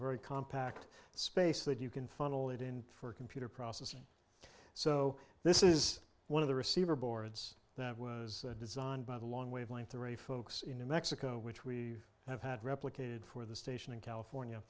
very compact space that you can funnel it in for computer processing so this is one of the receiver boards that was designed by the long wavelength array folks in new mexico which we have had replicated for the station in california